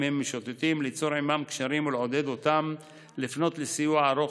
ליצור עימם קשרים ולעודד אותם לפנות לסיוע ארוך